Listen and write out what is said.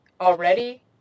already